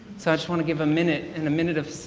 so i just want to give a minute, and minute of